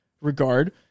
regard